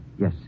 Yes